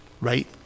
right